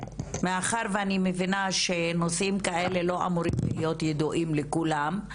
מאחר ואני מבינה שנושאים כאלה לא אמורים להיות ידועים לכולם,